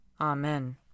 Amen